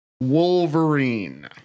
Wolverine